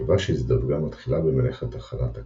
נקבה שהזדווגה מתחילה במלאכת הכנת הקן,